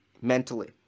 mentally